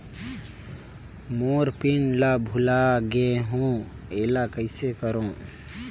मोर PIN ला भुला गे हो एला कइसे करो?